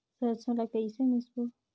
सरसो ला कइसे मिसबो?